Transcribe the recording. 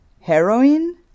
heroin